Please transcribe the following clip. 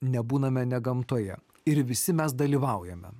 nebūname ne gamtoje ir visi mes dalyvaujame